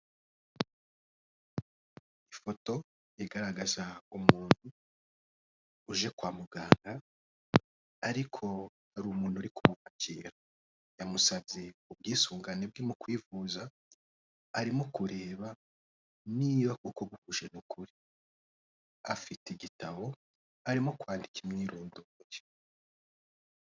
Ifoto igaragaza umuntu uje kwa muganga ariko hari umuntu uri kumwakira, yamusabye ubwisungane bwe mu kwivuza, arimo kureba niba koko buhuje n'ukuri, afite igitabo arimo kwandika imyirondoro ye.